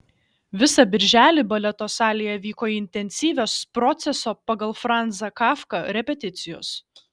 visą birželį baleto salėje vyko intensyvios proceso pagal franzą kafką repeticijos